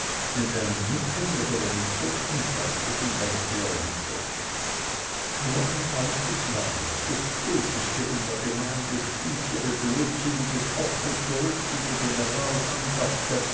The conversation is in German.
mit einem nicken oder einem kurzen freundlichen worte erwidert nur ein altes weib das böseste in der gemeinde stieß ihre blödsinnige tochter zurück die den